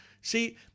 See